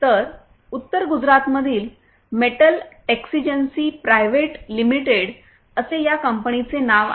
तर उत्तर गुजरातमधील मेटल टेक्सीजेन्सी प्रायव्हेट लिमिटेड असे या कंपनीचे नाव आहे